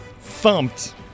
thumped